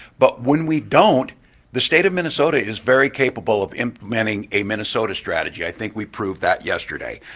but when we don't the state of minnesota is very capable of implementing a minnesota strategy. i think we proved that yesterday.